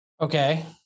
Okay